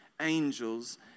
angels